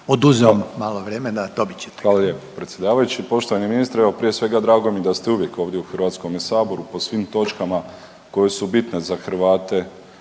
**Mažar, Nikola (HDZ)** Hvala lijepo predsjedavajući, poštovani ministre, evo prije svega, drago mi je da ste uvijek ovdje u HS-u po svim točkama koje su bitne za Hrvate